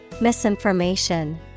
Misinformation